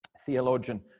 theologian